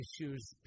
issues